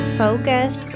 focus